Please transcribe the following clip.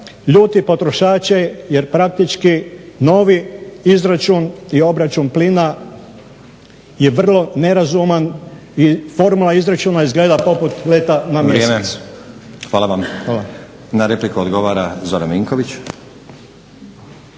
ljuti potrošače jer praktički novi izračun i obračun plina je vrlo nerazuman i formula izračuna izgleda poput leta na Mjesec.